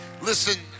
Listen